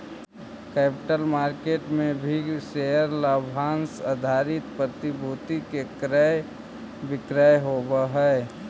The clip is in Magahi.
कैपिटल मार्केट में भी शेयर लाभांश आधारित प्रतिभूति के क्रय विक्रय होवऽ हई